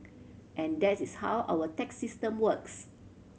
and that is how our tax system works